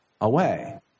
away